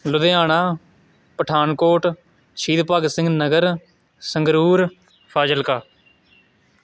Ludhiana Pathankot Shaheed Bhagat Singh Nagar Sangrur Fazilka